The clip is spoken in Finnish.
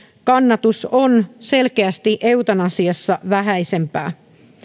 kannatus on selkeästi eutanasiassa vähäisempää